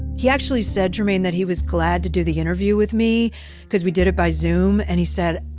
he actually said, trymaine, that he was glad to do the interview with me cause we did it by zoom. and he said,